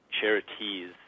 charities